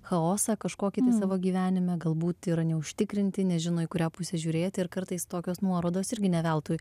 chaosą kažkokį tai savo gyvenime galbūt yra neužtikrinti nežino į kurią pusę žiūrėt ir kartais tokios nuorodos irgi ne veltui